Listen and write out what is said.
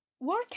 work